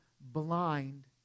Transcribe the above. blind